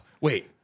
Wait